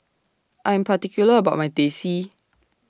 I Am particular about My Teh C